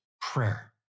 prayer